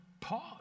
pause